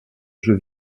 jeux